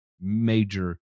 major